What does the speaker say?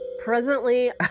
Presently